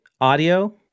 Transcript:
audio